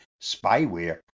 spyware